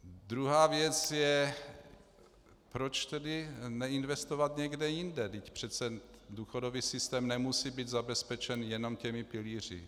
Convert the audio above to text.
Druhá věc je, proč tedy neinvestovat někde jinde, vždyť přece důchodový systém nemusí být zabezpečen jenom těmi pilíři.